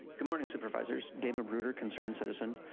good morning supervisors, dave mabruder, concerned citizen.